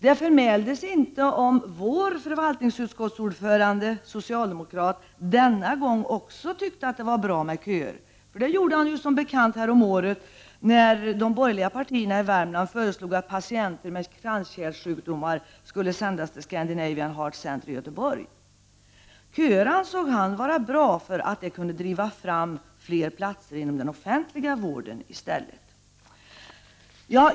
Det förmäldes inte om vår förvaltningsutskottsordförande, som är socialdemokrat, denna gång också tyckte att det var bra med köer — för det gjorde han som bekant häromåret, när de borgerliga partierna i Värmland föreslog att patienter med kranskärlsjukdomar skulle sändas till Scandinavian Heart Center i Göteborg. Köer ansåg han vara bra, för de kunde driva fram fler platser inom den offentliga vården i stället.